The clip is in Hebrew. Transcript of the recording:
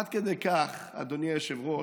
עד כדי כך, אדוני היושב-ראש,